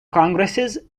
congresses